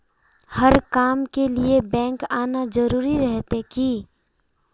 हर काम के लिए बैंक आना जरूरी रहते की?